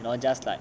you know just like